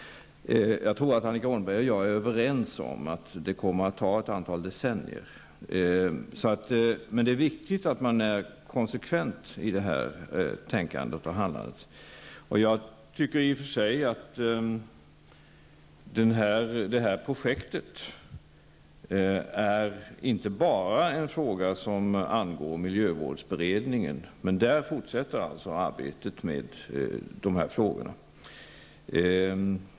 Jag tror att Annika Åhnberg och jag är överens om att det kommer att ta ett antal decennier. Men det är viktigt att man är konsekvent i tänkande och handlande. Jag tycker i och för sig att ekokommunprojektet är en fråga som inte bara angår miljövårdsberedningen. Där fortsätter arbetet med dessa frågor.